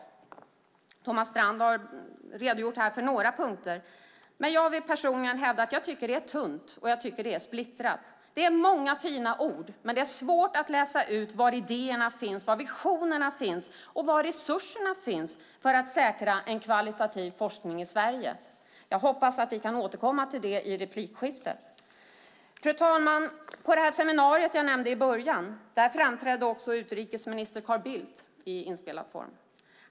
Thomas Strand har redogjort för några punkter, men jag vill personligen hävda att jag tycker att det är tunt, och jag tycker att det är splittrat. Det är många fina ord, men det är svårt att läsa ut var idéerna finns, var visionerna finns och var resurserna finns för att säkra en kvalitativ forskning i Sverige. Jag hoppas att vi kan återkomma till det i replikskiftet. Fru talman! På det här seminariet, som jag nämnde i början, framträdde också utrikesminister Carl Bildt i inspelad form.